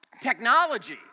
Technology